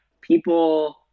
people